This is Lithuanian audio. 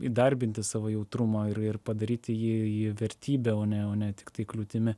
įdarbinti savo jautrumą ir ir padaryti jį jį vertybe o ne o ne tiktai kliūtimi